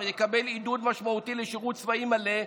מיטב הנוער יקבל עידוד משמעותי לשירות צבאי מלא,